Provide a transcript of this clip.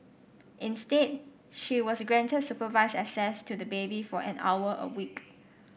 instead she was granted supervised access to the baby for an hour a week